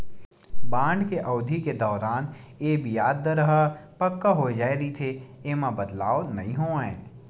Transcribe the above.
bond के अबधि के दौरान ये बियाज दर ह पक्का हो जाय रहिथे, ऐमा बदलाव नइ होवय